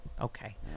okay